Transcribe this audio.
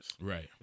Right